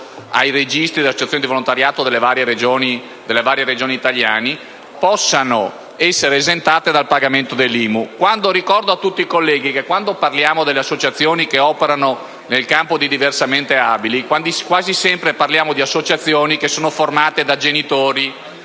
ai registri delle associazioni del volontariato delle varie Regioni italiane, possano essere esentate dal pagamento dell'IMU. Ricordo a tutti i colleghi che quando parliamo delle associazioni operanti nel campo dei diversamente abili, quasi sempre ci riferiamo ad associazioni formate da genitori